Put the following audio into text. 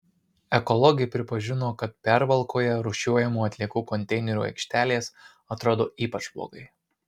ekologė pripažino kad pervalkoje rūšiuojamų atliekų konteinerių aikštelės atrodo ypač blogai